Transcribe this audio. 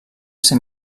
ser